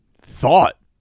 Thought